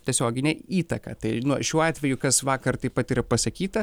tiesioginę įtaką tai nu šiuo atveju kas vakar taip pat yra pasakyta